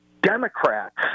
Democrats